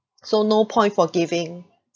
so no point forgiving